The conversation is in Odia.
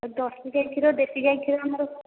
ଆଉ ଜର୍ସି ଗାଈ କ୍ଷୀର ଦେଶୀ ଗାଈ କ୍ଷୀର ଆମର